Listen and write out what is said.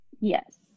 Yes